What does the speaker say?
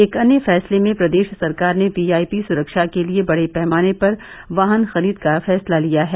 एक अन्य फैसले में प्रदेश सरकार ने वीआईपी सुरक्षा के लिये बड़े पैमाने पर वाहन खरीद का फैसला लिया है